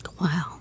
Wow